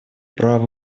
прав